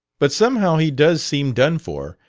but somehow he does seem done for.